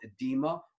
edema